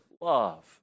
love